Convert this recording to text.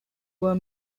were